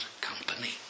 company